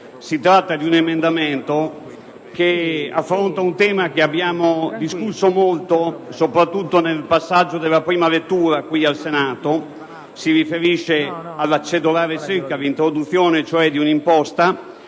Si tratta di un emendamento che affronta un tema molto discusso, soprattutto nel passaggio in prima lettura qui al Senato. Si riferisce alla cedolare secca, all'introduzione cioè di un'imposta